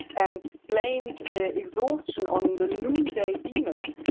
and blamed exhaustion on the noon day demon.